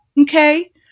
okay